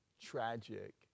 tragic